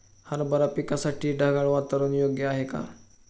हरभरा पिकासाठी ढगाळ वातावरण योग्य आहे का?